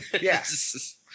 Yes